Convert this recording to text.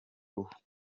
ruhu